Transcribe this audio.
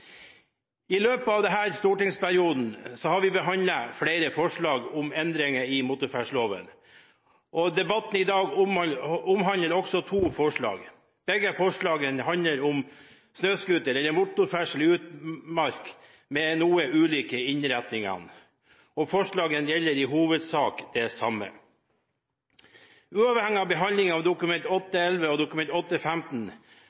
I løpet av denne stortingsperioden har vi behandlet flere forslag til endringer i motorferdselsloven. Debatten omhandler to forslag. Begge forslagene handler om snøscooter- eller motorferdsel i utmark med noe ulike innretninger. Forslagene gjelder i hovedsak det samme. Uavhengig av behandlingen av Dokument